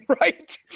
right